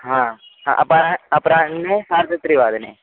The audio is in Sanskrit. ह अपरम् अपराह्ने सार्धत्रिवादने